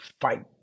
fight